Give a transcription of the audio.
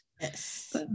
Yes